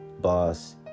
Boss